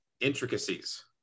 intricacies